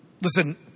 Listen